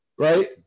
Right